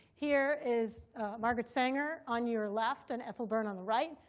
here is margaret sanger on your left and ethel byrne on the right.